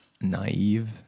naive